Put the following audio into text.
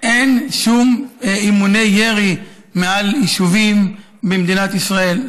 אין שום אימוני ירי מעל יישובים במדינת ישראל.